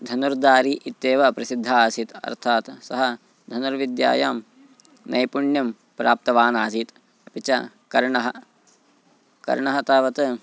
धनुर्धारी इत्येव प्रसिद्धः आसीत् अर्थात् सः धनुर्विद्यायां नैपुण्यं प्राप्तवान् आसीत् अपि च कर्णः कर्णः तावत्